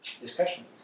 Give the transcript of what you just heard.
discussion